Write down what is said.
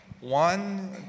One